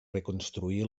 reconstruir